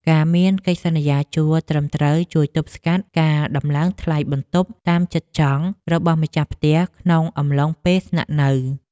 ការមានកិច្ចសន្យាជួលត្រឹមត្រូវជួយទប់ស្កាត់ការដំឡើងថ្លៃបន្ទប់តាមចិត្តចង់របស់ម្ចាស់ផ្ទះក្នុងអំឡុងពេលស្នាក់នៅ។